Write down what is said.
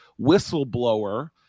Whistleblower